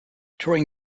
during